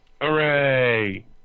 Hooray